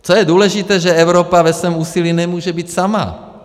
Co je důležité, že Evropa ve svém úsilí nemůže být sama.